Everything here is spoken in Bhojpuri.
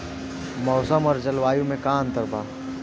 मौसम और जलवायु में का अंतर बा?